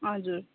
हजुर